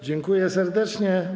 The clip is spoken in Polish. Dziękuję serdecznie.